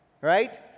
Right